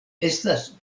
estas